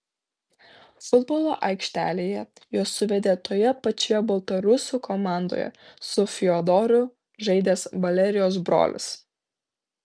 futbolo aikštelėje juos suvedė toje pačioje baltarusių komandoje su fiodoru žaidęs valerijos brolis